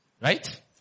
Right